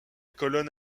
colonne